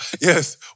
Yes